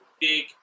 big